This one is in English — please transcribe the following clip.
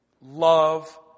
love